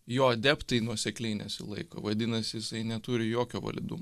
jo adeptai nuosekliai nesilaiko vadinasi jisai neturi jokio validumo